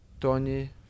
tony